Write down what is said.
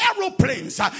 aeroplanes